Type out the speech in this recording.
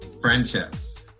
friendships